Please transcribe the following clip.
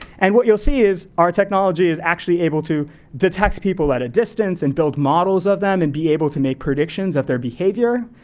and what you'll see is, our technology is actually able to detect people at a distance and build models of them and be able to make predictions of their behavior.